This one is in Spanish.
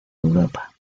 europa